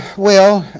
well